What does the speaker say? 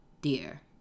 dear